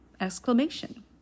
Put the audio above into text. Exclamation